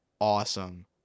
awesome